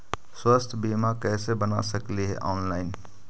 स्वास्थ्य बीमा कैसे बना सकली हे ऑनलाइन?